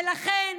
ולכן,